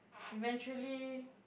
eventually